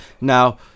Now